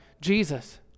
Jesus